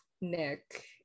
Nick